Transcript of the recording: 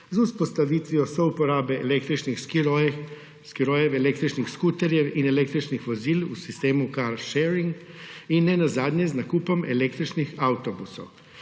z vzpostavitvijo souporabe električnih skirojev, električnih skuterjev in električnih vozil v sistemu car sharing in nenazadnje z nakupom električnih avtobusov.